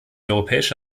europäische